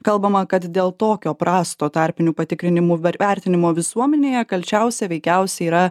kalbama kad dėl tokio prasto tarpinių patikrinimų vertinimo visuomenėje kalčiausia veikiausiai yra